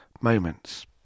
moments